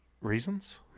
Reasons